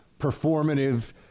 performative